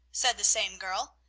said the same girl.